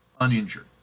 uninjured